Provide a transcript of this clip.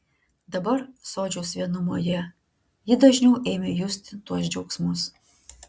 dabar sodžiaus vienumoje ji dažniau ėmė justi tuos džiaugsmus